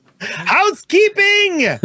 housekeeping